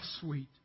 sweet